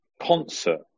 concert